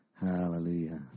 Hallelujah